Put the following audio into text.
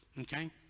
okay